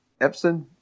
Epson